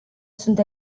sunt